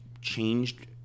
changed